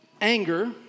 anger